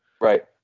Right